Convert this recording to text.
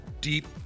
deep